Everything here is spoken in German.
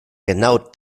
genau